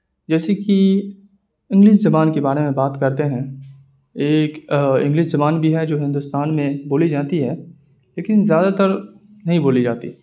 جیسے کہ انگلس زبان کے بارے میں بات کرتے ہیں ایک انگلس کی زبان بھی ہے جو ہندوستان میں بولی جاتی ہے لیکن زیادہ تر نہیں بولی جاتی ہے